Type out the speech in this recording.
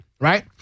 right